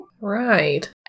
Right